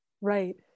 Right